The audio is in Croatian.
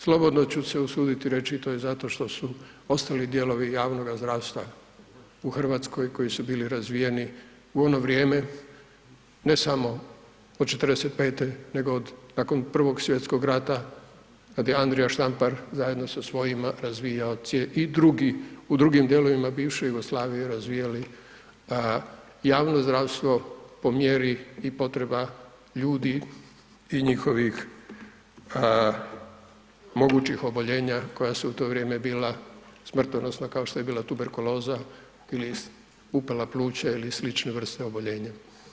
Slobodno ću se usuditi reći to je zato što su ostali dijelovi javnoga zdravstva u Hrvatskoj koji su bili razvijeni u ono vrijeme ne samo od 45., nego nakon 1. svjetskog rata kada je Andrija Štampar zajedno sa svojima razvijao … i drugi u drugim dijelovima bivše Jugoslavije razvijali javno zdravstvo po mjeri i potreba ljudi i njihovih mogućih oboljenja koja su u to vrijeme bila smrtonosna kao što je bila tuberkuloza ili upala pluća ili slične vrste oboljenja.